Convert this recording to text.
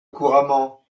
couramment